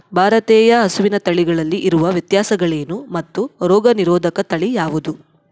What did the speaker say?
ಭಾರತೇಯ ಹಸುವಿನ ತಳಿಗಳಲ್ಲಿ ಇರುವ ವ್ಯತ್ಯಾಸಗಳೇನು ಮತ್ತು ರೋಗನಿರೋಧಕ ತಳಿ ಯಾವುದು?